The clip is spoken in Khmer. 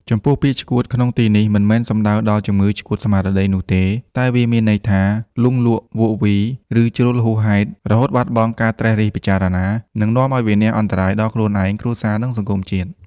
ចំពោះ ពាក្យ ឆ្កួត ក្នុងទីនេះមិនមែនសំដៅដល់ជំងឺឆ្កួតស្មារតីនោះទេ តែវាមានន័យថា លង់លក់ វក់វី ឬ ជ្រុលហួសហេតុ រហូតបាត់បង់ការត្រិះរិះពិចារណា និងនាំឲ្យវិនាសអន្តរាយដល់ខ្លួនឯង គ្រួសារ និងសង្គមជាតិ។